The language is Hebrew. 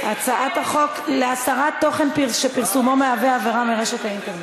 הצעת חוק להסרת תוכן שפרסומו מהווה עבירה מרשת האינטרנט.